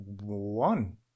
one